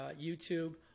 YouTube